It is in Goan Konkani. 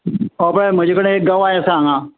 हो पळय म्हजे कडेन एक गवाय आसा हांगा